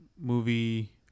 movie